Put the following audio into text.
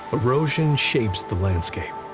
erosion shapes the landscape.